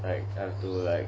like I have to like